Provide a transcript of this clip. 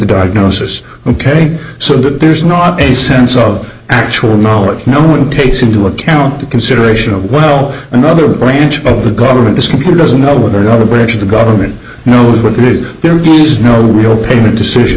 diagnosis ok so that there's not a sense of actual knowledge no one takes into account the consideration of well another branch of the government this computer doesn't know whether another branch of the government knows what to do there is no real payment decision